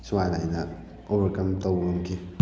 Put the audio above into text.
ꯁꯨꯃꯥꯏꯅ ꯑꯩꯅ ꯑꯣꯕꯔꯀꯝ ꯇꯧꯕ ꯉꯝꯈꯤ